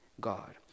God